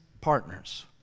partners